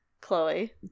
Chloe